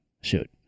Shoot